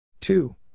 two